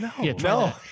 No